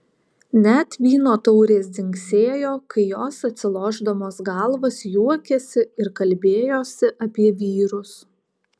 net vyno taurės dzingsėjo kai jos atlošdamos galvas juokėsi ir kalbėjosi apie vyrus